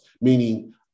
Meaning